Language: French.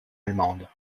allemande